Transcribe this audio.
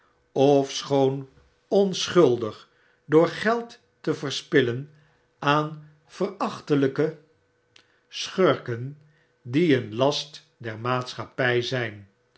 ofscnoon onschuldig door geld te verspillen aan verachtelyke schurken die een last der maatschappy zyn